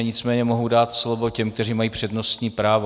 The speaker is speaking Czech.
Nicméně mohu dát slovo těm, kteří mají přednostní právo.